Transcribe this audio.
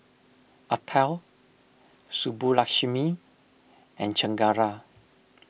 Atal Subbulakshmi and Chengara